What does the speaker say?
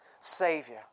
savior